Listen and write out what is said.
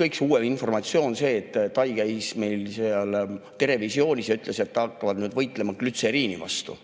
Kõige uuem informatsioon on see, et TAI käis "Terevisioonis" ja ütles seal, et nad hakkavad võitlema glütseriini vastu.